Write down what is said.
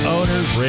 Owners